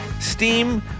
Steam